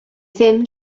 ddim